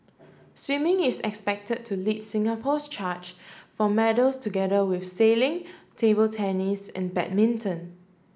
swimming is expected to lead Singapore's charge for medals together with sailing table tennis and badminton